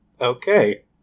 Okay